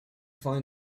find